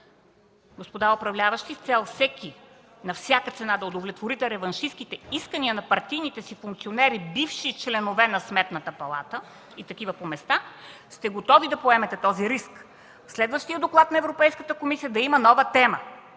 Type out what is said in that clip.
Господа управляващи, с цел на всяка цена да удовлетворите реваншистките искания на партийните си функционери – бивши членове на Сметната палата, и такива по места, сте готови да поемете риска следващият доклад на Европейската комисия да има нова тема,